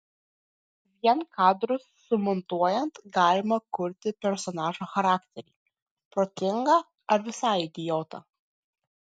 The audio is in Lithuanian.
vien kadrus sumontuojant galima kurti personažo charakterį protingą ar visai idiotą